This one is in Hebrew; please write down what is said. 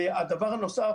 והדבר הנוסף,